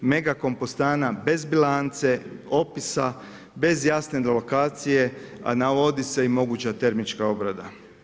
Megakompostana bez bilance, opisa, bez jasne lokacije, a navodi se i moguća termička obrada.